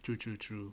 true true true